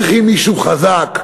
אנחנו צריכים מישהו חזק,